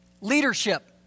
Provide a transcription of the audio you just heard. leadership